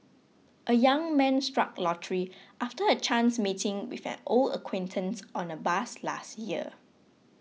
a young man struck lottery after a chance meeting with an old acquaintance on a bus last year